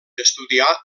estudià